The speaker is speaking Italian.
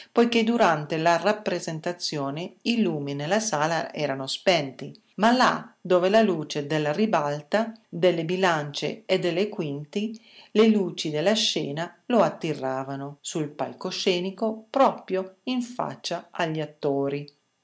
poiché durante la rappresentazione i lumi nella sala erano spenti ma là dove la luce della ribalta delle bilance e delle quinte le luci della scena lo attiravano sul palcoscenico proprio in faccia agli attori